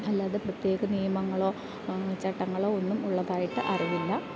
അല്ലാതെ പ്രത്യേക നിയമങ്ങളോ ചട്ടങ്ങളോ ഒന്നും ഉള്ളതായിട്ട് അറിവില്ല